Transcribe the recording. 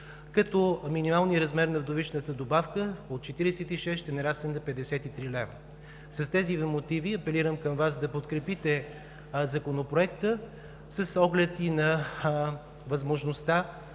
като минималният размер на „вдовишката добавка“ от 46 лв. ще нарасне на 53 лв. С тези именно мотиви апелирам към Вас да подкрепите Законопроекта с оглед и на възможността